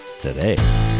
today